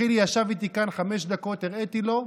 חילי ישב איתי כאן חמש דקות, הראיתי לו,